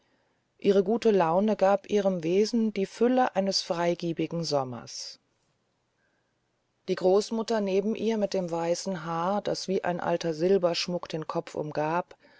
ihre gute laune gab ihrem wesen die fülle eines freigebigen sommers die großmutter neben ihr mit dem weißen haar das wie ein alter silberschmuck den kopf umgab